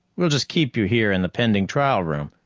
we'll just keep you here in the pending-trial room.